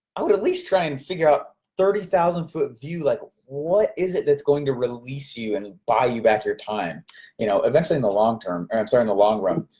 i would at least try and figure out thirty thousand foot view, like what is it that's going to release you and ah buy you back your time you know eventually in the long term, or i'm sorry, in the long run.